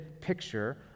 picture